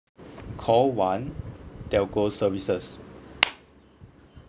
call one telco services